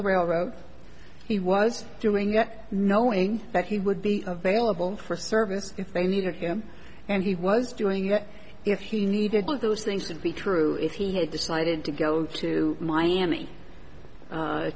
the railroad he was doing that knowing that he would be available for service if they needed him and he was doing that if he needed to those things would be true if he had decided to go to miami